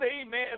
Amen